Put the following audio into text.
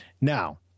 Now